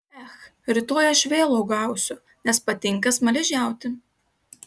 ech rytoj aš vėl uogausiu nes patinka smaližiauti